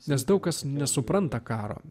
nes daug kas nesupranta karo